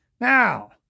Now